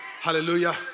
hallelujah